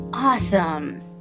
Awesome